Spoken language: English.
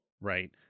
right